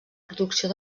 producció